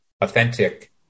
authentic